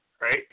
Right